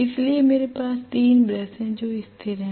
इसलिए मेरे पास 3 ब्रश हैं जो स्थिर हैं